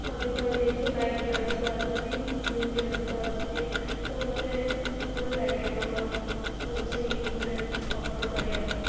ଅଧିକ ହେଇଯାଇଛି ଲାଇକ୍ ବି ଅଧିକ ଆସୁଛି ଭିୟୁ ବି ଅଧିକ ଆସୁଛି ତ ମୋତେ ଭଲ ଲାଗେ ମୋର ରୋଷେଇ ଉପରେ ଅପଲୋଡ଼୍ କରିବାକୁ